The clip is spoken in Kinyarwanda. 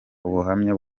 ubuhamya